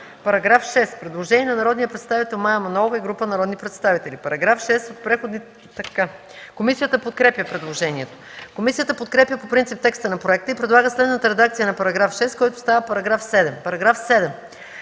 По § 6 има предложение от народния представител Мая Манолова и група народни представители. Комисията подкрепя предложението. Комисията подкрепя по принцип текста на проекта и предлага следната редакция на § 6, който става § 7: „§ 7.